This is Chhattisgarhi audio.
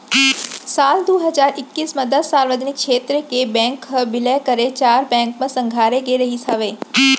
साल दू हजार एक्कीस म दस सार्वजनिक छेत्र के बेंक ह बिलय करके चार बेंक म संघारे गे रिहिस हवय